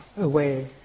away